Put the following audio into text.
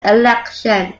elections